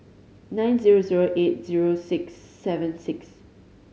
nine zero zero eight zero six seven six